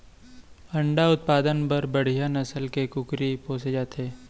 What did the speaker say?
अंडा उत्पादन बर बड़िहा नसल के कुकरी पोसे जाथे